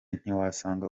ntiwasanga